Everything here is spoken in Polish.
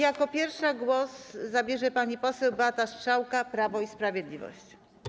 Jako pierwsza głos zabierze pani poseł Beata Strzałka, Prawo i Sprawiedliwość.